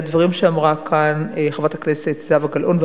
על הדברים שאמרה כאן חברת הכנסת זהבה גלאון,